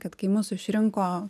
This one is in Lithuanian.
kad kai mus išrinko